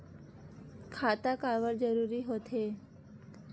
खाता काबर जरूरी हो थे?